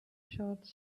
shots